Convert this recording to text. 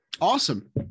Awesome